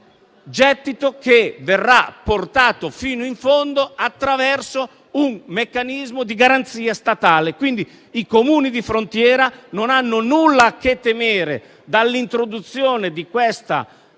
gettito verrà portato fino in fondo attraverso un meccanismo di garanzia statale. Quindi i Comuni di frontiera non hanno nulla a che temere dall'introduzione di questa